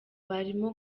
barimo